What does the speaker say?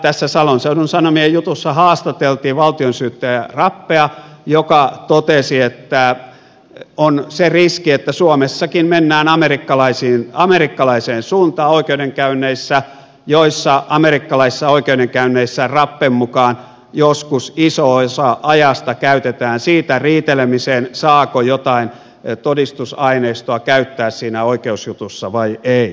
tässä salon seudun sanomien jutussa haastateltiin valtionsyyttäjä rappea joka totesi että on se riski että suomessakin mennään amerikkalaiseen suuntaan oikeudenkäynneissä joissa amerikkalaisissa oikeudenkäynneissä rappen mukaan joskus iso osa ajasta käytetään siitä riitelemiseen saako jotain todistusaineistoa käyttää siinä oikeusjutussa vai ei